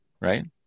right